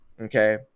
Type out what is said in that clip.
okay